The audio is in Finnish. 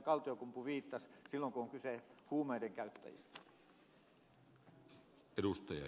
kaltiokumpu viittasi kun on kyse huumeidenkäyttäjistä